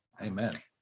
Amen